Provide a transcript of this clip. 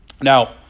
Now